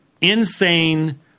insane